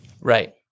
Right